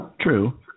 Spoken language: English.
True